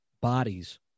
bodies